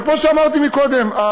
אבל כמו שאמרתי קודם,